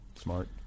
Smart